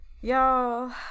y'all